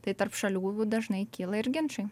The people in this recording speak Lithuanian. tai tarp šalių dažnai kyla ir ginčai